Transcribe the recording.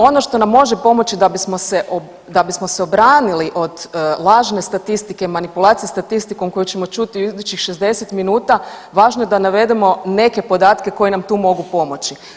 Ono što nam može pomoći da bismo se, da bismo se obranili od lažne statistike i manipulacije statistikom koju ćemo čuti u idućih 60 minuta važno je da navedemo neke podatke koji nam tu mogu pomoći.